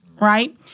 right